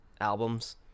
albums